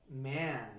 man